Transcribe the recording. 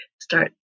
start